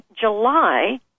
July